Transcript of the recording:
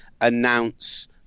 announce